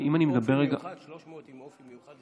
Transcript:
300 עם אופי מיוחד,